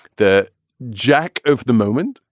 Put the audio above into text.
the jack of the moment.